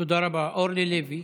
אורלי לוי,